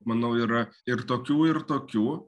manau yra ir tokių ir tokių